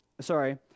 Sorry